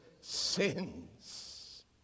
sins